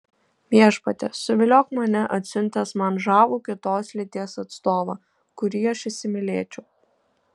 viešpatie suviliok mane atsiuntęs man žavų kitos lyties atstovą kurį aš įsimylėčiau